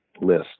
list